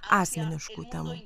asmeniškų temoje